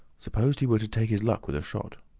suppose he were to take his luck with a shot?